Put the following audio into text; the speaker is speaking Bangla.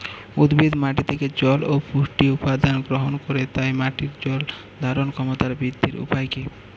উদ্ভিদ মাটি থেকে জল ও পুষ্টি উপাদান গ্রহণ করে তাই মাটির জল ধারণ ক্ষমতার বৃদ্ধির উপায় কী?